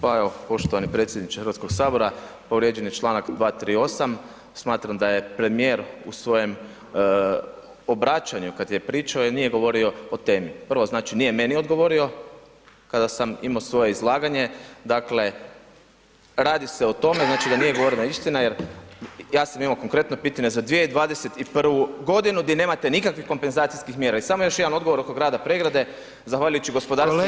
Pa evo, poštovani predsjedniče HS, povrijeđen je čl. 238., smatram da je premijer u svojem obraćanju, kad je pričao i nije govorio o temi, prvo znači nije meni odgovorio kada sam imao svoje izlaganje, dakle radi se o tome znači da nije govorena istina jer ja sam imao konkretno pitanje za 2021.g. gdje nemate nikakvih kompenzacijskih mjera i samo još jedan odgovor oko grada Pregrade, zahvaljujući gospodarstvenicima